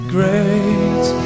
Great